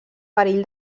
perill